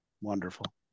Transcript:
Wonderful